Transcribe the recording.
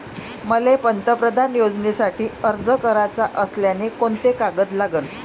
मले पंतप्रधान योजनेसाठी अर्ज कराचा असल्याने कोंते कागद लागन?